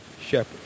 shepherd